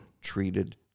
treated